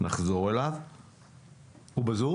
האם יש מישהו בחדר הוועדה או בזום שרוצה להגיד משהו חשוב?